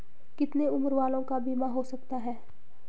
कितने उम्र वालों का बीमा हो सकता है?